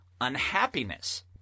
unhappiness